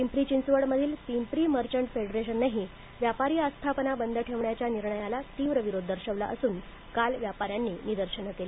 पिंपरी चिंचवडमधील पिंपरी मर्चन्ट फेडरेशननंही व्यापारी आस्थापना बंद ठेवण्याच्या निर्णयाला तीव्र विरोध दर्शविला असून काल व्यापाऱ्यांनी निदर्शनं केली